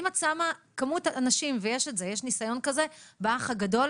אם את שמה כמות אנשים ויש ניסיון כזה ב"אח הגדול",